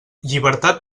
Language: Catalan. llibertat